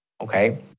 okay